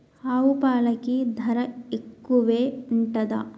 ఆవు పాలకి ధర ఎక్కువే ఉంటదా?